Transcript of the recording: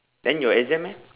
then your exam eh